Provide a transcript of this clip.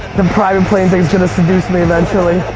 the private plane is gonna seduce me eventually.